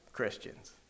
Christians